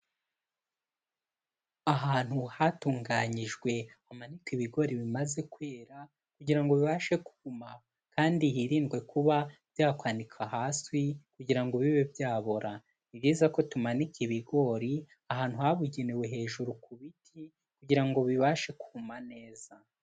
Ahantu hatunganyijwe hamanikwa ibigori bimaze kwera kugira ngo bibashe kuma kandi hirindwe kuba byakwanika hasi kugira bibe byabora. Ni byiza ko tumanika ibigori ahantu habugenewe hejuru ku biti kugirango bibashe kuma neza.